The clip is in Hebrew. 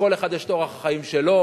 לכל אחד יש אורח החיים שלו.